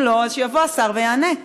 אם לא, שיבוא השר ויענה.